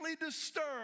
disturbed